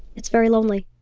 it's very lonely